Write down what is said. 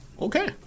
okay